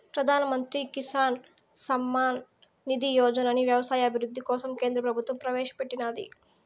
ప్రధాన్ మంత్రి కిసాన్ సమ్మాన్ నిధి యోజనని వ్యవసాయ అభివృద్ధి కోసం కేంద్ర ప్రభుత్వం ప్రవేశాపెట్టినాది